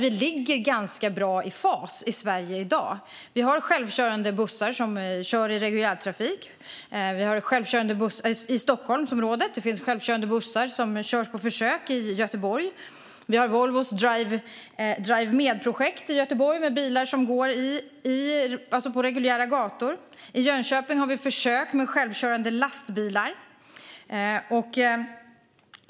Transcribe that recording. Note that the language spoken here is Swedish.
Vi ligger ganska bra i fas i Sverige i dag. Vi har självkörande bussar som kör i reguljärtrafik i Stockholmsområdet. Det finns självkörande bussar som körs på försök i Göteborg. Vi har Volvos Drive Me-projekt i Göteborg med bilar som går på reguljära gator. I Jönköping har vi försök med självkörande lastbilar.